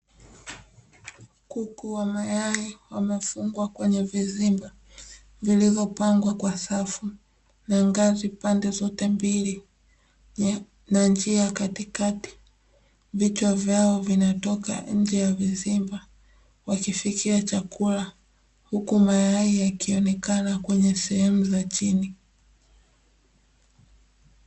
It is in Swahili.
Maboksi yaliotengeneza na kuunganishwa vizuri kwa kutumia mbao, Yanayotumika kwa ufugaji wa mbwa au paka yamewekwa na kuuzwa kwa wateja wote. Akijichagulia lenye rangi au ambalo alijapigwa kabsa.